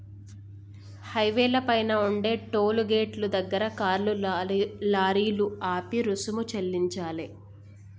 హైవేల పైన ఉండే టోలు గేటుల దగ్గర కార్లు, లారీలు ఆపి రుసుము చెల్లించాలే